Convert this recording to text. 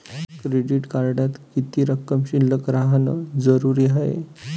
Credit कार्डात किती रक्कम शिल्लक राहानं जरुरी हाय?